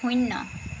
শূন্য